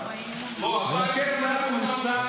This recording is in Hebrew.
יש,